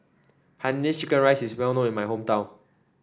Hainanese Chicken Rice is well known in my hometown